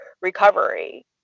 recovery